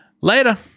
Later